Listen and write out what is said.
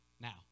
Now